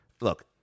look